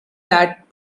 that